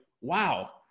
wow